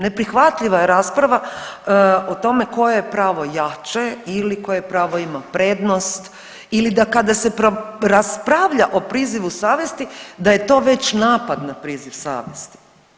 Neprihvatljiva je rasprava o tome koje je pravo jače ili koje pravo ima prednost ili da, kada se raspravlja o prizivu savjesti, da je to već napad na priziv savjesti.